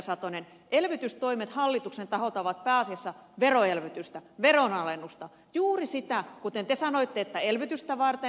satonen elvytystoimet hallituksen taholta ovat pääasiassa veroelvytystä veronalennusta juuri sitä kuten te sanoitte elvytystä varten